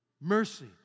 Mercy